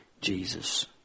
Jesus